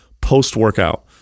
post-workout